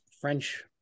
French